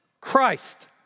Christ